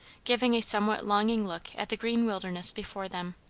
giving a somewhat longing look at the green wilderness before them,